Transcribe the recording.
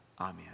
Amen